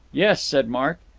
yes, said mark,